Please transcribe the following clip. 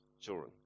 children